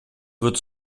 wird